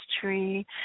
tree